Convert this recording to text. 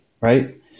right